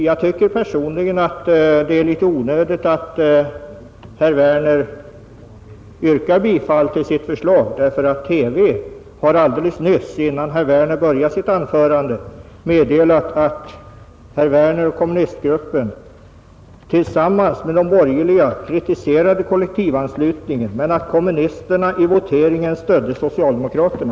Jag tycker personligen att det var litet onödigt att herr Werner yrkade bifall till sitt förslag. TV meddelade nämligen innan herr Werner började sitt anförande att herr Werner och kommunistgruppen tillsammans med de borgerliga kritiserade kollektivanslutningen men att kommunisterna i voteringen stödde socialdemokraterna.